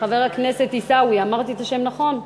חבר הכנסת עיסאווי, אמרתי את השם נכון?